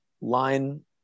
line